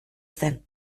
zen